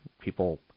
People